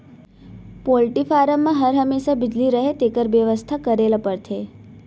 poultry farm म हर हमेसा बिजली रहय तेकर बेवस्था करे ल परथे